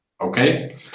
okay